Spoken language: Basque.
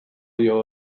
dio